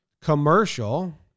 commercial